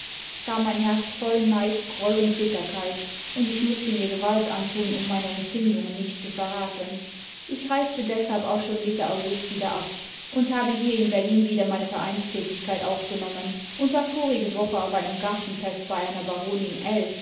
war mein herz voll neid groll imd bitterkeit und ich mußte mir gewalt antun um meine empfindtmgen nicht zu verraten ich reiste deshalb auch schon mitte august wieder ab und habe hier in berlin wieder meine vereinstätigkdt aufgenonmien tmd war vorige woche auf einem gartenfest bei einer